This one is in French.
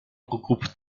regroupe